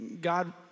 God